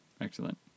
Excellent